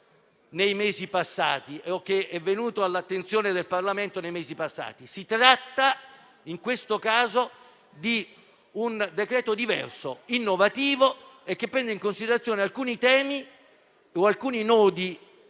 si tratta, in questo caso, di un decreto-legge diverso, innovativo, che prende in considerazione alcuni temi o alcuni nodi